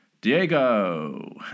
Diego